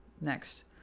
Next